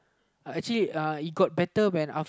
actually uh it got better when